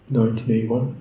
1981